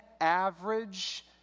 average